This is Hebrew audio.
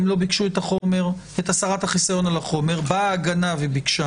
הן לא ביקשו את הסרת החיסיון על החומר באה ההגנה וביקשה